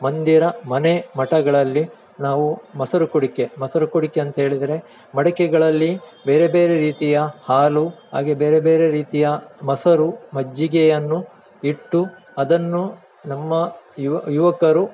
ಮಂದಿರ ಮನೆ ಮಠಗಳಲ್ಲಿ ನಾವು ಮೊಸರು ಕುಡಿಕೆ ಮೊಸರು ಕುಡಿಕೆ ಅಂತ ಹೇಳಿದ್ರೆ ಮಡಿಕೆಗಳಲ್ಲಿ ಬೇರೆ ಬೇರೆ ರೀತಿಯ ಹಾಲು ಹಾಗೆ ಬೇರೆ ಬೇರೆ ರೀತಿಯ ಮೊಸರು ಮಜ್ಜಿಗೆಯನ್ನು ಇಟ್ಟು ಅದನ್ನು ನಮ್ಮ ಯುವಕರು